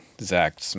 Zach